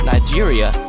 Nigeria